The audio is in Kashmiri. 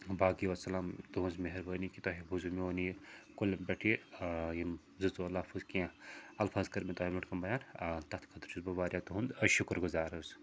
باقٕے وسلام تُہٕنٛز مہربٲنی کہِ تۄہہِ بوٗزیو میٛون یہِ کُلٮ۪ن پٮ۪ٹھ یہِ آ یِم زٕ ژور لفٕظ کیٚنٛہہ الفاظ کٔر مےٚ تۄہہِ برٛونٛٹھ کنہِ بیان آ تَتھ خٲطرٕ چھُس بہٕ واریاہ تُہُنٛد شُکُر گُزار حظ